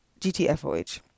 GTFOH